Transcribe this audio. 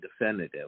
definitive